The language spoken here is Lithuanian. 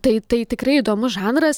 tai tai tikrai įdomus žanras